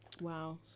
Wow